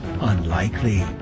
Unlikely